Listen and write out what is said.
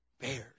Bears